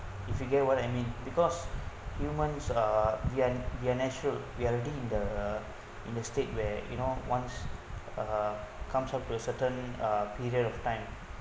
if you get what I mean because humans are we are we are nature we are already in the in a state where you know once uh comes up to a certain period of time